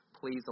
please